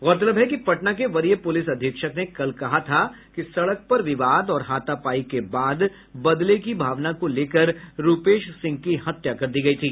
गौरतलब है कि पटना के वरीय पुलिस अधीक्षक ने कल कहा था कि सड़क पर विवाद और हाथापायी के बाद बदले की भावना को लेकर रूपेश सिंह की हत्या कर दी गयी थी